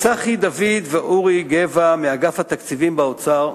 לצחי דוד ואורי גבע מאגף התקציבים באוצר,